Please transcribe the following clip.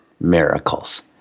miracles